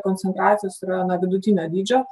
koncentracijos yra na vidutinio dydžio